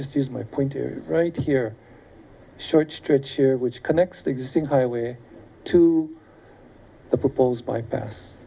just use my point right here short stretch which connects the existing highway to the proposed bypass